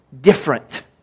different